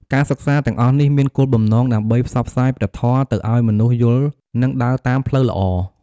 ការសិក្សាទាំងអស់នេះ មានគោលបំណងដើម្បីផ្សព្វផ្សាយព្រះធម៌ទៅឱ្យមនុស្សយល់និងដើរតាមផ្លូវល្អ។